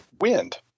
Wind